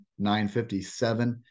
957